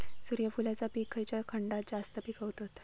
सूर्यफूलाचा पीक खयच्या खंडात जास्त पिकवतत?